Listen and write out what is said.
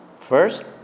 First